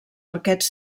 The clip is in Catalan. arquets